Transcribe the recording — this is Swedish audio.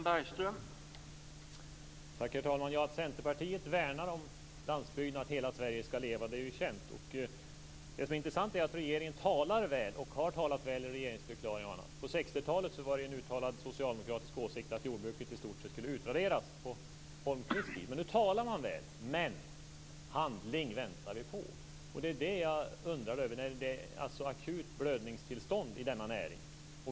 Herr talman! Centerpartiet värnar om landsbygden och vill att hela Sverige skall leva. Det är känt. Det som är intressant är att regeringen talar väl, och har talat väl, i regeringsförklaring och annat. På 60-talet var det en uttalad socialdemokratisk åsikt att jordbruket i stort sett skulle utraderas - på Holmqvists tid. Nu talar man väl. Men handling väntar vi på. Det är det jag undrar över. Det är ett akut blödningstillstånd i denna näring.